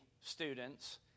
students